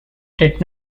did